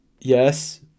Yes